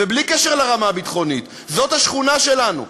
ובלי קשר לרמה הביטחונית, זאת השכונה שלנו.